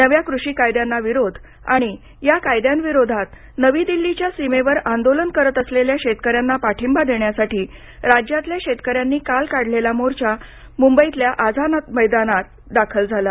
नव्या कृषी कायद्यांना विरोध आणि या कायद्यांविरोधात नवीदिल्लीच्या सीमेवर आंदोलन करत असलेल्या शेतकऱ्यांना पाठिंबा देण्यासाठी राज्यातल्या शेतकऱ्यांनी काढलेला मोर्चा काल मुंबईतल्या आझाद मैदानात दाखल झाला